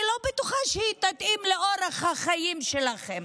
אני לא בטוחה שהיא תתאים לאורח החיים שלכם.